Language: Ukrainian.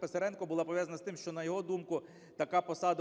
Писаренко, була пов'язана з тим, що, на його думку, така посада